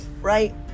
right